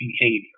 behavior